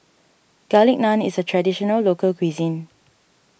Garlic Naan is a Traditional Local Cuisine